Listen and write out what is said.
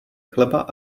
chleba